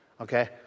Okay